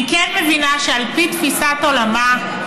אני כן מבינה שעל פי תפיסת עולמה,